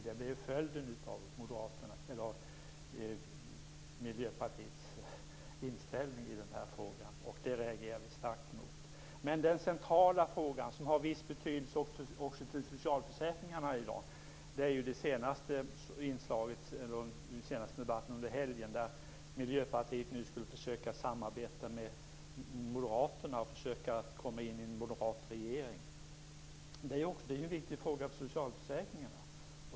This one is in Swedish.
Det blir följden av Miljöpartiets förslag, och det reagerar vi starkt emot. Den centrala frågan som har viss betydelse också för socialförsäkringarna är ju den senaste helgens debatt om att Miljöpartiet skulle söka samarbete med moderaterna och försöka att komma med i en moderat regering. Det är en viktig fråga också när det gäller socialförsäkringarna.